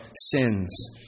sins